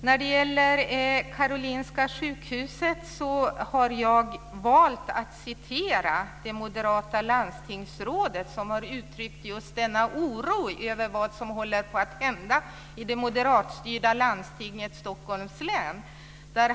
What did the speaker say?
När det gäller Karolinska sjukhuset har jag valt att citera det moderata landstingsrådet som har uttryckt just denna oro över vad som håller på att hända i det moderatstyrda landstinget Stockholms län.